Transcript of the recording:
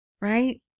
right